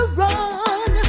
run